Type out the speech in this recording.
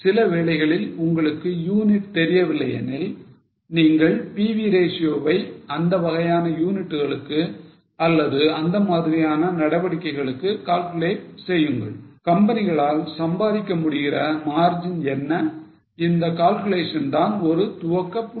சில வேளைகளில் உங்களுக்கு யூனிட் தெரியவில்லை எனில் நீங்கள் PV ratio வை அந்த வகையான யூனிட்டுகளுக்கு அல்லது அந்த மாதிரியான நடவடிக்கைகளுக்கு calculate செய்யுங்கள் கம்பெனிகளால் சம்பாதிக்க முடிகிற margin என்ன இந்த calculation தான் ஒரு துவக்கப்புள்ளி